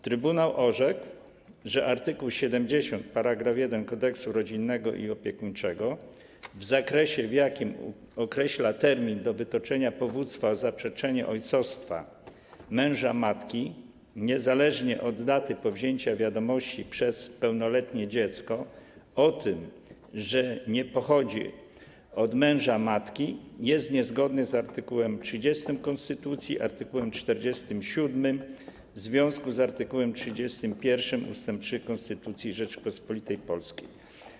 Trybunał orzekł, że art. 70 § 1 Kodeksu rodzinnego i opiekuńczego w zakresie, w jakim określa termin do wytoczenia powództwa o zaprzeczenie ojcostwa męża matki, niezależnie od daty powzięcia wiadomości przez pełnoletnie dziecko o tym, że nie pochodzi od męża matki, jest niezgodny z art. 30 konstytucji, art. 47 w związku z art. 31 ust. 3 Konstytucji Rzeczypospolitej Polskiej.